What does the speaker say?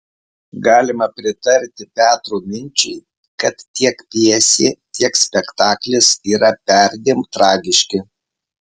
galima pritarti petro minčiai kad tiek pjesė tiek spektaklis yra perdėm tragiški